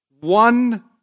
One